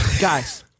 Guys